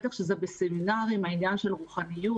בטח כשזה בסמינרים העניין של רוחניות